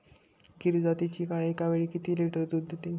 गीर जातीची गाय एकावेळी किती लिटर दूध देते?